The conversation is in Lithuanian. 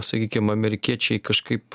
sakykim amerikiečiai kažkaip